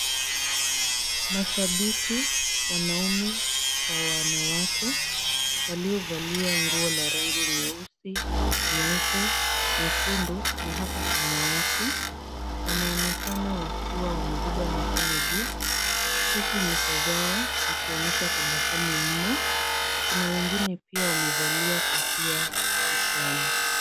Mashabiki wanaume kwa wanawake waliovalia nguo za rangi nyeusi, nyeupe, nyekundu na hata samawati, wanaonekana wakiwa wamebeba mikono juu, huku nyuso zao zikionyesha tabasamu mno. Kuna wengine pia wamevalia kofia kichwani.